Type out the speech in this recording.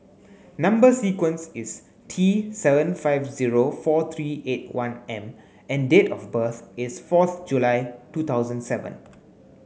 number sequence is T seven five zero four three eight one M and date of birth is fourth July two thousand seven